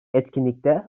etkinlikte